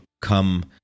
come